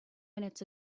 minutes